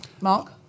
Mark